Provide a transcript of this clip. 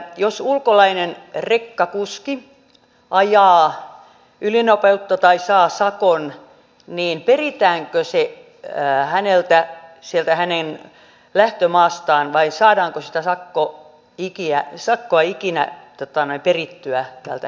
jos ulkolainen rekkakuski ajaa ylinopeutta ja saa sakon niin peritäänkö se häneltä sieltä hänen lähtömaastaan vai saadaanko sitä sakkoa ikinä perittyä tältä henkilöltä